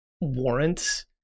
warrants